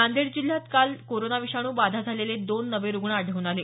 नांदेड जिल्ह्यात काल कोरोना विषाणू बाधा झालेले दोन नवे रुग्ण आढळून आले